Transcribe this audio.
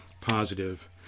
positive